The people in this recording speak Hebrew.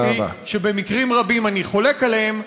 שבמקרים רבים אני חולק עליהן,